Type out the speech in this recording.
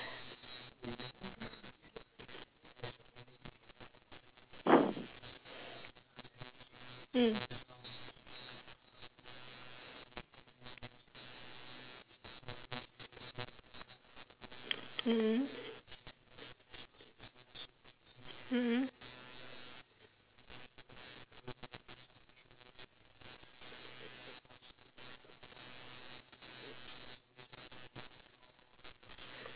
mm mm mm mm mm